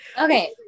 Okay